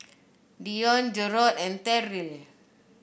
Dione Jerrod and Terrill